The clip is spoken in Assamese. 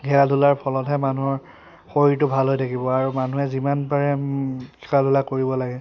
খেলা ধূলাৰ ফলতহে মানুহৰ শৰীৰটো ভাল হৈ থাকিব আৰু মানুহে যিমান পাৰে খেলা ধূলা কৰিব লাগে